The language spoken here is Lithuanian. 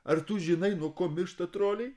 ar tu žinai nuo ko miršta troliai